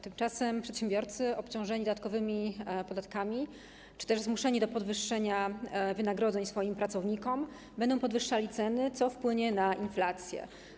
Tymczasem przedsiębiorcy obciążeni dodatkowymi podatkami czy też zmuszeni do podwyższenia wynagrodzeń swoim pracownikom będą podwyższali ceny, co wpłynie na inflację.